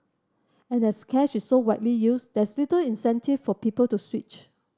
and as cash is so widely used there's little incentive for people to switch